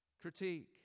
critique